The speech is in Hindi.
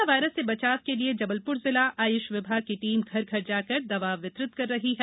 कोरोना वायरस से बचाव के लिए जबलपुर जिला आयुष विभाग की टीम घर घर जाकर दवा वितरित कर रही है